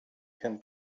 can